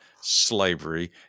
slavery